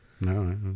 No